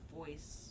voice